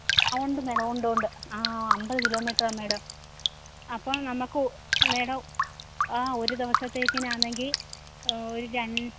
ആ ഉണ്ട് മാഡം ഉണ്ട് ഉണ്ട് ആ അമ്പത് കിലോമീറ്ററാണ് മേടം അപ്പം നമുക്ക് മേടം ആ ഒരു ദിവസത്തേക്കിന് ആണെങ്കിൽ ഒരു രണ്ട്